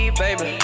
baby